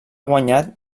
guanyat